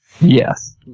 Yes